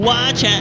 Watch